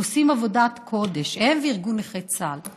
הם עושים עבודת קודש, הם וארגון נכי צה"ל.